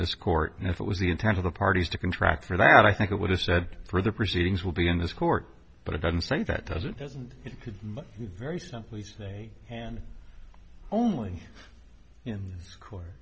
this court and if it was the intent of the parties to contract for that i think it would have said further proceedings will be in this court but it doesn't say that does it doesn't it could be very simply and only in court